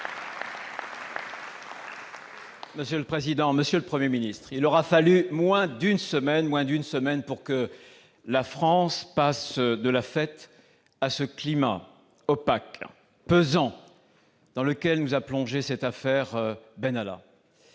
Républicains. Monsieur le Premier ministre, il aura fallu moins d'une semaine pour que la France passe de la fête à ce climat opaque, pesant, dans lequel nous a plongés l'affaire Benalla.